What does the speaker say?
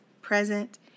present